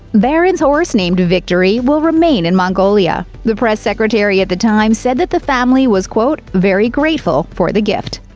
barron's horse, named victory, will remain in mongolia. the press secretary at the time said that the family was, quote, very grateful for the gift.